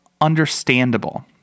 understandable